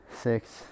six